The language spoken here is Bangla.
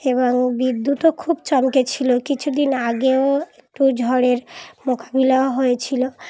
এবং বিদ্যুৎও খুব চমকেছিলো কিছুদিন আগেও একটু ঝড়ের মোকাবিলাও হয়েছিলো